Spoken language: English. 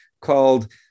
called